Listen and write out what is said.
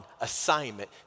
assignment